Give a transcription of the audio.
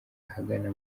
ahagana